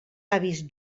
avis